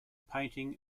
painting